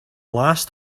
last